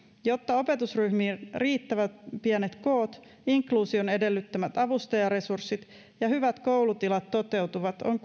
jotta opetusryhmien riittävän pienet koot inkluusion edellyttämät avustajaresurssit ja hyvät koulutilat toteutuvat on